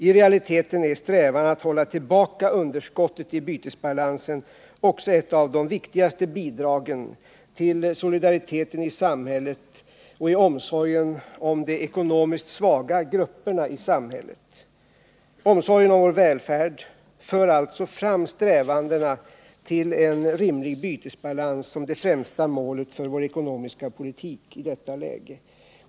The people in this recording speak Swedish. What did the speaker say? I realiteten är strävan att hålla tillbaka underskottet i bytesbalansen också ett av de viktigaste bidragen till solidariteten i samhället och när det gäller omsorgen om de ekonomiskt svaga grupperna i samhället. Omsorgen om vår välfärd för alltså fram strävandena till en rimlig bytesbalans som det främsta målet för vår ekonomiska politik i detta läge.